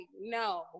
no